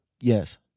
yes